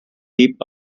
deep